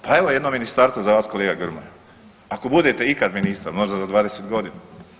Pa evo jedno ministarstvo za vas kolega Grmoja ako budete ikad ministar, možda za 20 godina.